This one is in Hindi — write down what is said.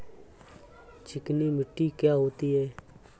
चिकनी मिट्टी क्या होती है?